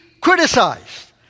criticized